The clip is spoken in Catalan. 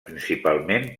principalment